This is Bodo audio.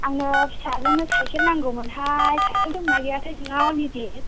आंनो फिसाजोनो साइखेल नांगौमोन हाय साइखेल दंना गैयाथाय नोंनाव लेडिस